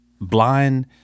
blind